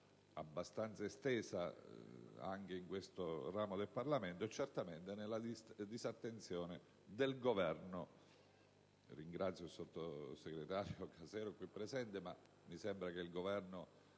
abbastanza estesa anche in questo ramo del Parlamento, certamente nella disattenzione del Governo (ringrazio il sottosegretario Casero qui presente, ma mi sembra che il Governo